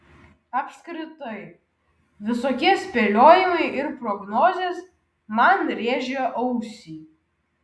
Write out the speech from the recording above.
apskritai visokie spėliojimai ir prognozės man rėžia ausį